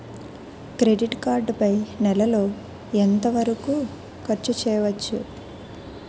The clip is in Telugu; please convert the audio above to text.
క్రెడిట్ కార్డ్ పై నెల లో ఎంత వరకూ ఖర్చు చేయవచ్చు?